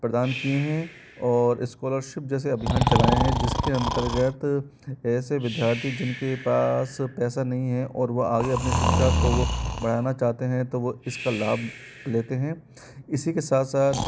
प्रदान किए हैं और इस्कॉलरशिप जैसे अभियान चलाए हैं जिसके अंतर्गत ऐसे विद्यार्थी जिनके पास पैसा नहीं है और वह आगे अपनी शिक्षा को वो बढ़ाना चाहते हैं तो वो इसका लाभ लेते हैं इसी के साथ साथ